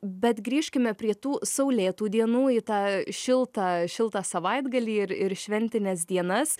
bet grįžkime prie tų saulėtų dienų į tą šiltą šiltą savaitgalį ir ir šventines dienas